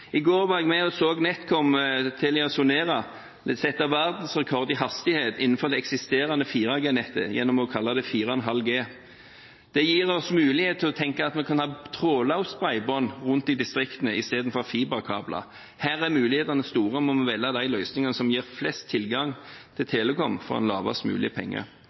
I går var jeg med og så Netcom, TeliaSonera, sette verdensrekord i hastighet innenfor det eksisterende 4G-nettet gjennom å kalle det 4,5G. Det gir oss mulighet til å tenke at vi kan ha trådløst bredbånd rundt i distriktene i stedet for fiberkabler. Her er mulighetene store, og vi må velge løsningene som gir flest tilgang til telekom for en lavest mulig